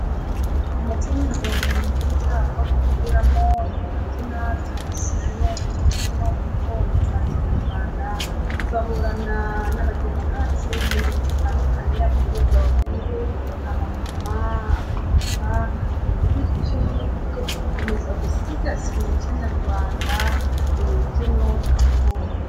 Umuco nyarwanda ni mwiza, aho duhuriramo tukabyina taradisioneri imbyino gakondo za kinyarwanda, tugahura na bagenzi bacu b'ingeri zitandukanye, abakobwa, abahungu, abamama, abapapa, bityo tugakomeza gusigasira umuco nyarwanda mu mbyino gakondo.